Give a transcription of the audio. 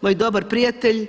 Moj dobar prijatelj